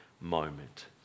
moment